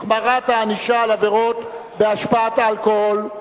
החמרת הענישה על עבירות בהשפעת אלכוהול),